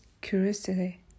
curiosity